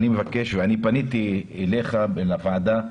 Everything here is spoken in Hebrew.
אני פניתי אליך, לוועדה,